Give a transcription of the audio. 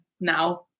now